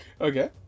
Okay